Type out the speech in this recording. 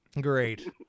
Great